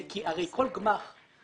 הרי כל גמ"ח,